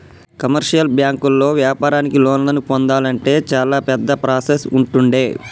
commercial బ్యాంకుల్లో వ్యాపారానికి లోన్లను పొందాలంటే చాలా పెద్ద ప్రాసెస్ ఉంటుండే